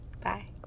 bye